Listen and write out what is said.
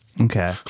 Okay